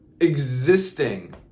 existing